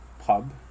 pub